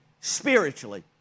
spiritually